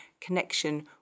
connection